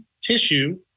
tissue